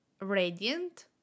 radiant